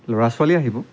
ল'ৰা ছোৱালী আহিব